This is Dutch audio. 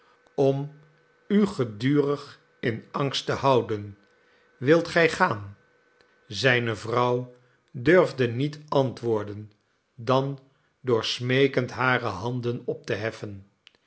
om u gedurig in angst te houden wilt gij gaan zijne vrouw durfde niet antwoorden dan door smeekend hare handen op te heffen